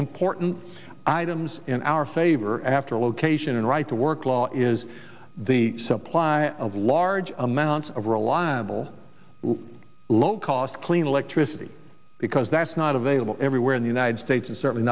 important items in our favor after location and right to work law is the supply of large amounts of reliable low cost clean electricity because that's not available everywhere in the united states and certainly